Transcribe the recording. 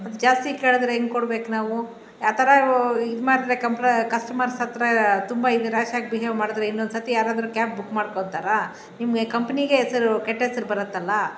ಜಾಸ್ತಿ ಕೇಳಿದರೆ ಹೆಂಗ್ ಕೊಡಬೇಕು ನಾವು ಆ ಥರ ಇದು ಮಾಡ್ತಿದ್ರೆ ಕಮ್ ಕಸ್ಟಮರ್ಸ್ ಹತ್ತಿರ ತುಂಬ ಇದು ರ್ಯಾಷ್ ಆಗಿ ಬಿಹೇವ್ ಮಾಡಿದ್ರೆ ಇನ್ನೊಂದು ಸತಿ ಯಾರಾದರೂ ಕ್ಯಾಬ್ ಬುಕ್ ಮಾಡ್ಕೊತಾರ ನಿಮಗೆ ಕಂಪ್ನೀಗೆ ಹೆಸರು ಕೆಟ್ಟ ಹೆಸ್ರು ಬರತ್ತಲ್ಲ